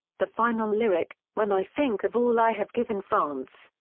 the final lyric when i think of all i have given france.